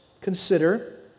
consider